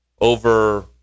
over